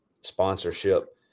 sponsorship